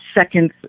seconds